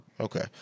Okay